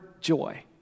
joy